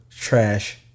Trash